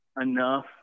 enough